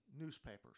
newspapers